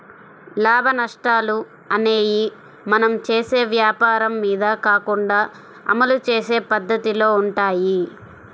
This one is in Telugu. లాభనష్టాలు అనేయ్యి మనం చేసే వ్వాపారం మీద కాకుండా అమలు చేసే పద్దతిలో వుంటయ్యి